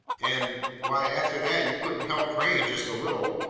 and why, after that you couldn't help praying just a little,